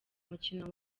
mukino